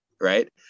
right